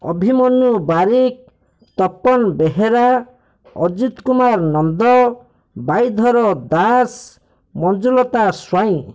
Abhimanyu Barik Tapan Behera Ajit Kumar Nanda Baidhar Das Manjulata Swain